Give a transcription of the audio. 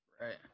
right